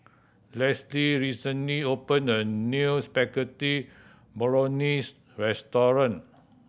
Lesli recently opened a new Spaghetti Bolognese restaurant